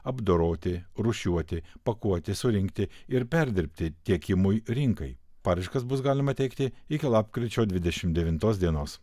apdoroti rūšiuoti pakuoti surinkti ir perdirbti tiekimui rinkai paraiškas bus galima teikti iki lapkričio dvidešim devintos dienos